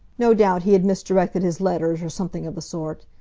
no doubt he had misdirected his letters, or something of the sort.